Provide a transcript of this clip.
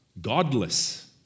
Godless